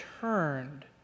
turned